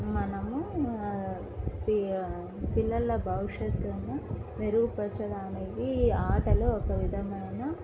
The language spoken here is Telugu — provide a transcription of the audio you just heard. మనము పిల్లల భవిష్యత్తును మెరుగుపరచడానికి ఆటలు ఒక విధమైన